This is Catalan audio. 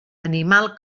animal